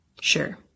Sure